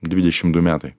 dvidešimt du metai